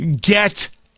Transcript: Get